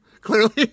clearly